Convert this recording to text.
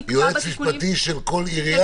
יועץ משפטי של כל עירייה?